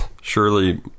surely